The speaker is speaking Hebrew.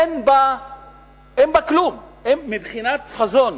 אין בה כלום מבחינת חזון.